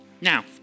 now